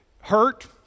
hurt